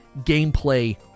gameplay